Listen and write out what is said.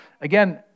again